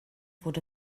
wurde